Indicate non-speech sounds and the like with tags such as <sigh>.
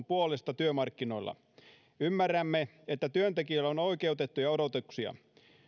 <unintelligible> puolesta työmarkkinoilla ymmärrämme että työntekijöillä on oikeutettuja odotuksia